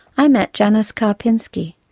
i met janis karpinski,